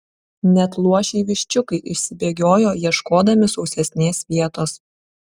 net luošiai viščiukai išsibėgiojo ieškodami sausesnės vietos